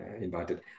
invited